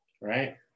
right